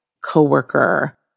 coworker